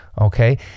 Okay